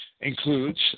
includes